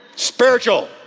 spiritual